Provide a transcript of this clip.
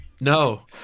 No